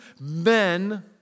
men